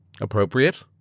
Appropriate